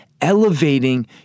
elevating